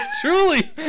truly